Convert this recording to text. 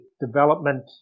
development